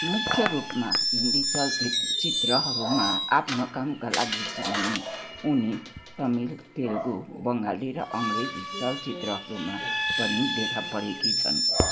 मुख्य रूपमा हिन्दी चलचित्रहरूमा आफ्नो कामका लागि चिनिने उनी तमिल तेलुगू बङ्गाली र अङ्ग्रेजी चलचित्रहरूमा पनि देखापरेकी छन्